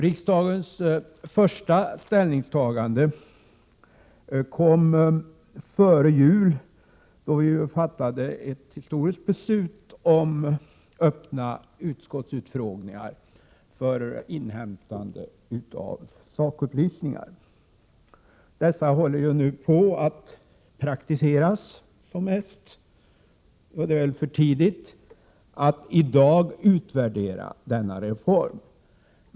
Riksdagens första ställningstagande kom före jul, då man fattade ett stort historiskt beslut om öppna utskottsutfrågningar för inhämtande av sakupplysningar. Dessa praktiseras nu som mest, och det är väl för tidigt att i dag utvärdera denna reform.